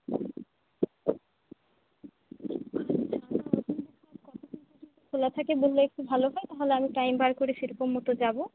খোলা থাকে বললে একটু ভালো হয় তাহলে আমি টাইম বার করে সেরকম মতো যাবো